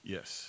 Yes